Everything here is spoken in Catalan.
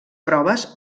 proves